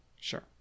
sure